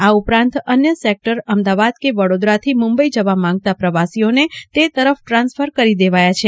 આ ઉપરાંત અન્ય સેકટર અમદાવાદ કે વડોદરાથી મુંબઇ જવા માગતા પ્રવાસીઓને તે તરફ ટ્રાન્સફર કરી દેવાય છે